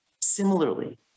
Similarly